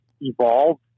evolved